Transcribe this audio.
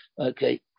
Okay